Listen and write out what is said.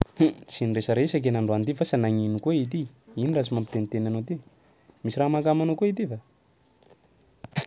Huh! tsy niresaresaky iha nandroany ty fa asa nagnino koa ity? Ino raha tsy mampiteniteny anao ty? Misy raha mahakamo anao koa ity va?